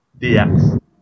DX